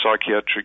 psychiatric